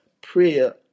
prayer